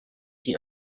die